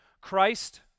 Christ